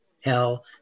hell